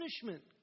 punishment